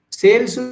sales